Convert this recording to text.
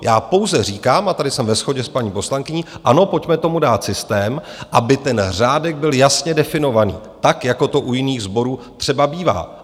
Já pouze říkám a tady jsem ve shodě s paní poslankyní ano, pojďme tomu dát systém, aby ten řádek byl jasně definovaný, tak jako to u jiných sborů třeba bývá.